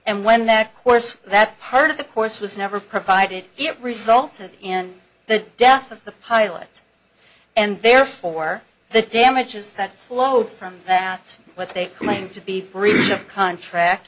and when that course that part of the course was never provided it resulted in the death of the pilot and therefore the damages that flowed from that what they claim to be free of contract